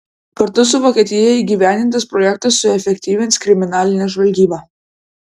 kartu su vokietija įgyvendintas projektas suefektyvins kriminalinę žvalgybą